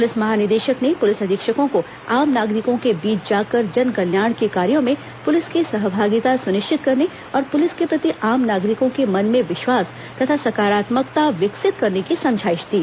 प्रलिस महानिदेशक ने पुलिस अधीक्षकों को आम नागरिकों के बीच जाकर जनकल्याण के कार्यो में पुलिस की सहभागिता सुनिश्चित करने और पुलिस के प्रति आम नागरिकों के मन में विश्वास तथा सकारात्मकता विकसित करने की समझाईश दी